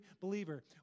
believer